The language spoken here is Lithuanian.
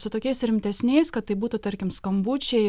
su tokiais rimtesniais kad tai būtų tarkim skambučiai